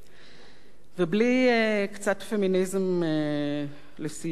ובלי קצת פמיניזם לסיום אי-אפשר.